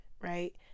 Right